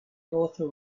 author